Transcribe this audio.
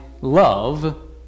love